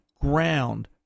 ground